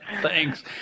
Thanks